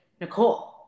nicole